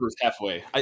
halfway